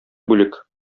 бүлек